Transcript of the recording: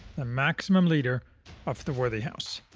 the maximum leader of the worthy house,